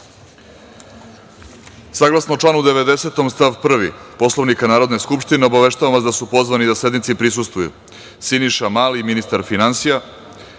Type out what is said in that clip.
reda. Saglasno članu 90. stav 1. Poslovnika Narodne skupštine, obaveštavam vas da su pozvani da sednici prisustvuju: